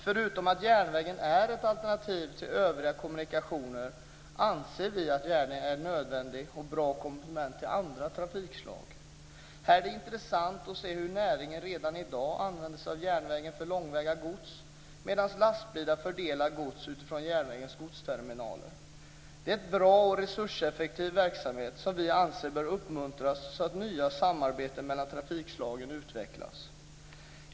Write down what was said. Förutom att järnvägen är ett alternativ till övriga kommunikationer, anser vi att järnvägen är ett nödvändigt och bra komplement till andra trafikslag. Det är intressant att se hur näringen redan i dag använder sig av järnvägen för långväga gods, medan lastbilar fördelar gods från järnvägens godsterminaler. Det är en bra och resurseffektiv verksamhet som vi anser bör uppmuntras så att nya samarbeten mellan trafikslagen utvecklas.